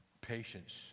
patience